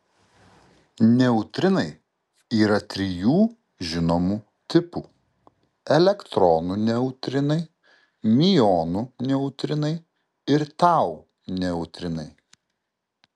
neutrinai yra trijų žinomų tipų elektronų neutrinai miuonų neutrinai ir tau neutrinai